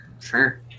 Sure